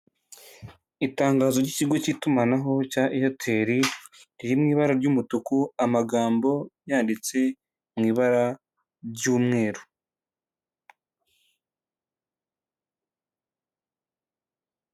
Itangazo ry'ikigo cy'itumanaho cya AIRTEL, riri mu ibara ry'umutuku amagambo yanditse mu ibara ry'umweru.